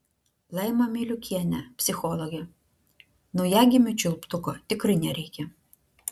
laima miliukienė psichologė naujagimiui čiulptuko tikrai nereikia